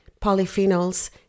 polyphenols